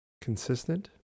consistent